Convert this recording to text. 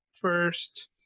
first